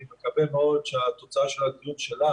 אני מקווה מאוד שהתוצאה שלך הדיון שלך